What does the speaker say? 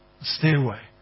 stairway